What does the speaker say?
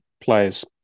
players